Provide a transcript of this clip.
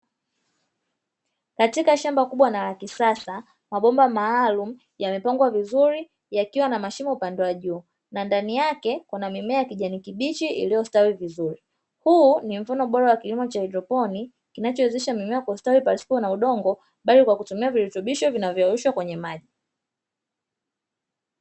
Katika shamba kubwa na la kisasa, mabomba maalumu yamepangwa vizuri yakiwa na mashimo upande wa juu na ndani yake kuna mimea ya kijani kibichi iliyostawi vizuri. Huu ni mfano bora wa kilimo cha haedroponi kinachowezesha mimea kustawi pasipo na udongo bali kwa kutumia virutubisho vinavyorushwa kwenye maji.